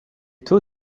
two